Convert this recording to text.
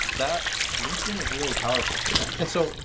that linkedin is really powerful for that. and so,